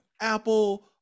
Apple